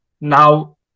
Now